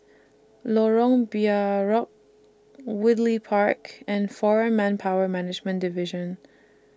Lorong Woodleigh Park and Foreign Manpower Management Division